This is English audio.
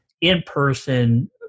in-person